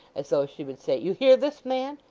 as though she would say, you hear this man!